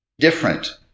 different